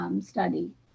study